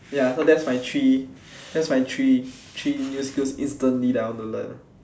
ya so that's my three that's my three three new skills instantly that I want to learn